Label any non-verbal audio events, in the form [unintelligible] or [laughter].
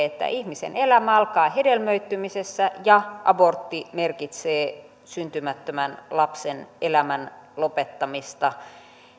[unintelligible] että ihmisen elämä alkaa hedelmöittymisessä ja abortti merkitsee syntymättömän lapsen elämän lopettamista